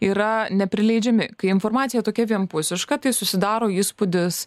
yra neprileidžiami kai informacija tokia vienpusiška tai susidaro įspūdis